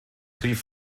rhif